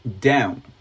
down